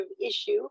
issue